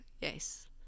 yes